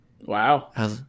Wow